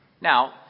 Now